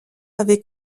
avait